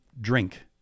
drink